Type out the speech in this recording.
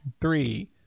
Three